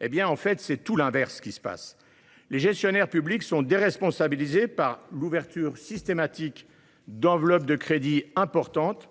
mais c’est tout l’inverse qui se passe : les gestionnaires publics sont déresponsabilisés par l’ouverture systématique d’enveloppes de crédits importantes,